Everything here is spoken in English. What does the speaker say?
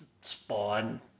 Spawn